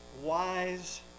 wise